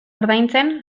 ordaintzen